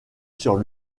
sur